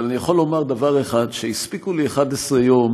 אבל אני יכול לומר דבר אחד: הספיקו לי 11 יום